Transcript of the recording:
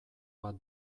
bat